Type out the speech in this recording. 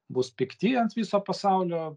bus pikti ant viso pasaulio